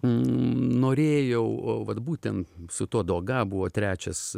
norėjau vat būtent su tuo doga buvo trečias